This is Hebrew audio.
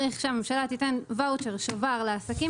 צריך שהממשלה תיתן שובר, ואוצ'ר לעסקים.